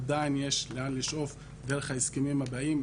עדיין יש לאן לשאוף דרך ההסכמים הבאים.